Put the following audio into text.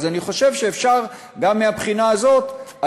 אז אני חושב שאפשר גם מהבחינה הזאת,